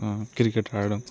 cricket ఆడటం